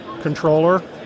controller